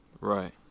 Right